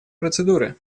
процедуры